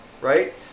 right